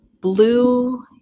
blue